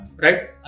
Right